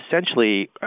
essentially